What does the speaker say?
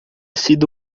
sido